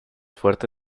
fuerte